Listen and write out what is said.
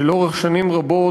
שלאורך שנים רבות,